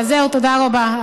זהו, תודה רבה.